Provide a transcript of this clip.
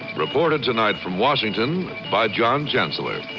reported tonight from washington by john chancellor